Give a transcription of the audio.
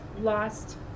lost